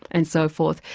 and so forth.